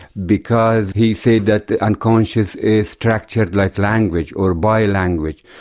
because he said that that unconscious is structured like language, or by language.